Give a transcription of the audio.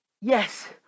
Yes